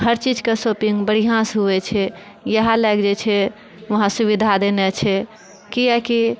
हर चीजके शॉपिंग बढ़िआंँसँ हुवै छै इएहे लए के जे छै वहां सुविधा देने छै कियाकि